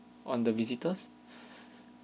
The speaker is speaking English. on the visitors